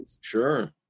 Sure